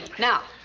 now,